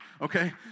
okay